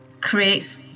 creates